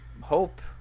hope